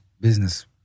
business